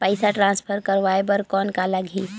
पइसा ट्रांसफर करवाय बर कौन का लगही?